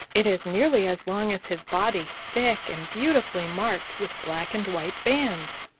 it is nearly as long as his body, thick and beautifully marked with black and white bands.